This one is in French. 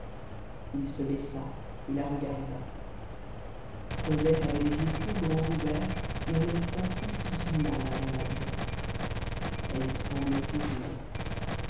il se baissa et la regarda cosette avait les yeux tout grands ouverts et un air pensif qui fit mal à jean valjean elle tremblait toujours